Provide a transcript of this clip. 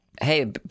hey